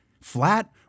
flat